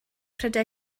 prydau